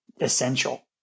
essential